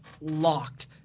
locked